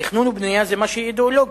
תכנון ובנייה זה משהו אידיאולוגי.